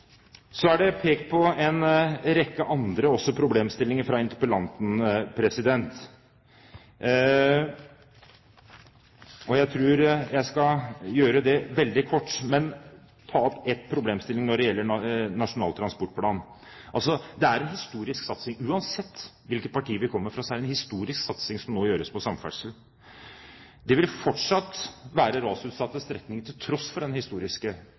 Så pekte interpellanten på en rekke andre problemstillinger. Jeg tror jeg skal gjøre det veldig kort, men ta opp én problemstilling når det gjelder Nasjonal transportplan. Det er en historisk satsing. Uansett hvilket parti man kommer fra, er det en historisk satsing som nå gjøres på samferdsel. Det vil fortsatt være rasutsatte strekninger, til tross for den historiske